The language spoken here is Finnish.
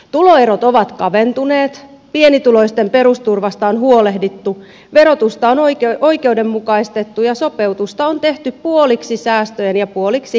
tuloerot ovat kaventuneet pienituloisten perusturvasta on huolehdittu verotusta on oikeudenmukaistettu ja sopeutusta on tehty puoliksi säästöjen ja puoliksi veronkiristysten kesken